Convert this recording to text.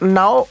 now